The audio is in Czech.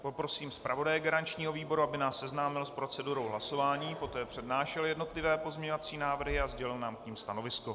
Poprosím zpravodaje garančního výboru, aby nás seznámil s procedurou hlasování, poté přednášel jednotlivé pozměňovací návrhy a sdělil nám k nim stanovisko.